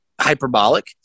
hyperbolic